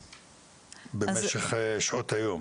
למשך שעות היום.